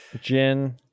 Gin